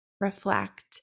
reflect